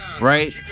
right